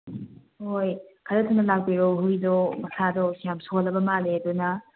ꯍꯣꯏ ꯈꯔ ꯊꯨꯅ ꯂꯥꯛꯄꯤꯔꯣ ꯍꯨꯏꯗꯣ ꯃꯁꯥꯗꯣ ꯌꯥꯝ ꯁꯣꯜꯂꯕ ꯃꯥꯜꯂꯦ ꯑꯗꯨꯅ